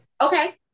Okay